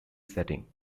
setting